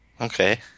Okay